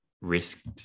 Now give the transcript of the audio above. risked